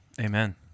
Amen